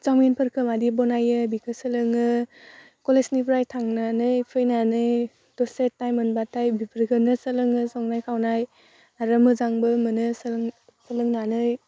सावमिनफोरखो मादि बनायो बिखो सोलोङो कलेजनिफ्राय थांनानै फैनानै दसे थाइम मोनबाथाय बिफोरखोनो सोलोङो संनाय खावनाय आरो मोजांबो मोनो सोलों सोलोंनानै